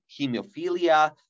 hemophilia